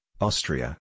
Austria